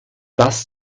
das